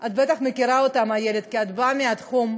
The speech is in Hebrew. את בטח מכירה אותם, איילת, כי את באה מהתחום,